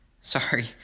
Sorry